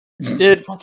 Dude